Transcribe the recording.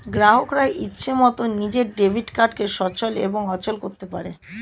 গ্রাহকরা ইচ্ছে মতন নিজের ডেবিট কার্ডকে সচল এবং অচল করতে পারে